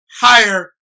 higher